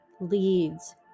leads